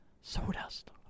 sawdust